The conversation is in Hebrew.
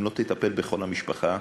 אם לא תטפל בכל המשפחה,